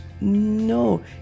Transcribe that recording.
no